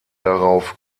darauf